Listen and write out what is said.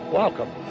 welcome